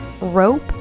rope